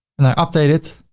and i update it.